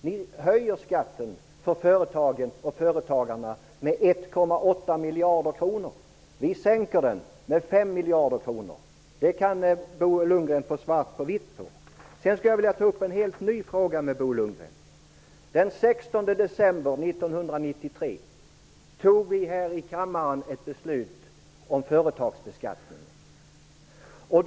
Ni höjer skatten för företagen och företagarna med 1,8 miljarder kronor. Vi vill sänka den med 5 miljarder kronor. Det kan Bo Lundgren få svart på vitt på. Sedan vill jag ta upp en helt ny fråga med Bo Lundgren. Den 16 december 1993 fattade vi här i kammaren ett beslut om företagsbeskattningen.